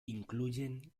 incluyen